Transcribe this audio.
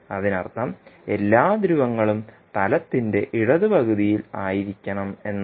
അതിനർത്ഥം എല്ലാ ധ്രുവങ്ങളും തലത്തിന്റെ ഇടത് പകുതിയിൽ ആയിരിക്കണം എന്നാണ്